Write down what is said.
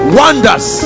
wonders